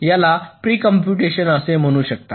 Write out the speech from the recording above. याला precomputation असे म्हणू शकता